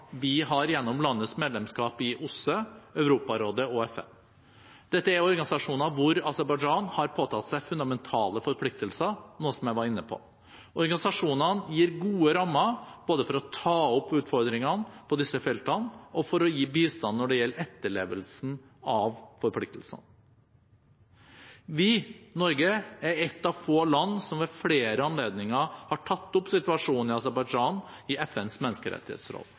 vi har gjennom landets medlemskap i OSSE, i Europarådet og i FN. Dette er organisasjoner hvor Aserbajdsjan har påtatt seg fundamentale forpliktelser, noe jeg var inne på. Organisasjonene gir gode rammer både for å ta opp utfordringene på disse feltene og for å gi bistand når det gjelder etterlevelsen av forpliktelsene. Vi – Norge – er ett av få land som ved flere anledninger har tatt opp situasjonen i Aserbajdsjan i FNs menneskerettighetsråd.